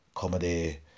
...comedy